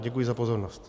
Děkuji za pozornost.